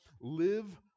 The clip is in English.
live